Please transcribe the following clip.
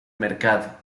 mercado